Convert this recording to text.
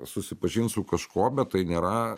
susipažint su kažkuo bet tai nėra